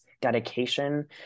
dedication